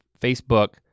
Facebook